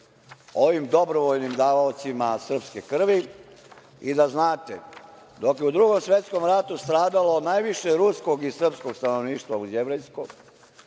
ovim dobrovoljnim davaocima srpske krvi i da znate dok je u Drugom svetskom ratu stradalo najviše ruskog i srpskog stanovništva uz jevrejsko,